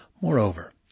Moreover